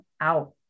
out